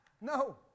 no